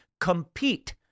compete